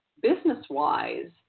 business-wise